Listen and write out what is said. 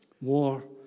War